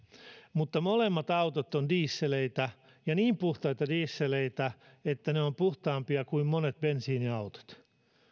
mutta molemmat autot ovat dieseleitä ja niin puhtaita dieseleitä että ne ovat puhtaampia kuin monet bensiiniautot